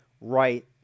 right